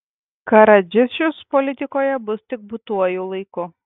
karadžičius politikoje bus tik būtuoju laiku